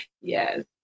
Yes